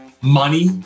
Money